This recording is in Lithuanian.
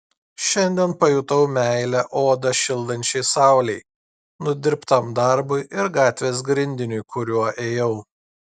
šiandien pajutau meilę odą šildančiai saulei nudirbtam darbui ir gatvės grindiniui kuriuo ėjau